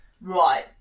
right